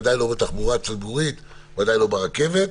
בוודאי לא בתחבורה הציבורית ולא ברכבת.